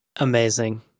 Amazing